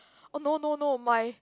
oh no no no my